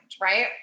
Right